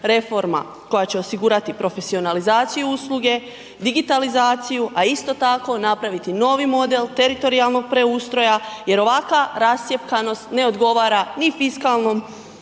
koja će osigurati profesionalizaciju usluge, digitalizaciju, a isto tako, napraviti novi model teritorijalnog preustroja jer ovakva rascjepkanost ne odgovara ni fiskalnom